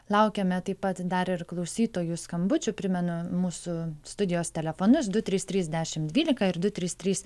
laukiame taip pat dar ir klausytojų skambučių primenu mūsų studijos telefonus du trys trys dešimt dvylika ir du trys trys